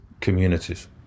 communities